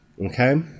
okay